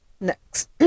next